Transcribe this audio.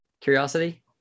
curiosity